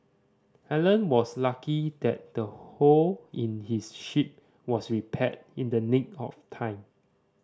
Alan was lucky that the hole in his ship was repaired in the nick of time